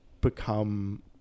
become